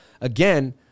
Again